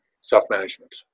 self-management